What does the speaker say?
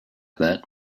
that